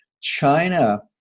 China